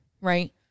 right